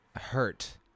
hurt